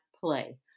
play